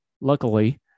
Luckily